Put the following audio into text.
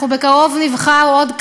אנחנו בקרוב נבחר עוד קאדי,